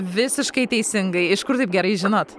visiškai teisingai iš kur taip gerai žinot